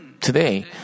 Today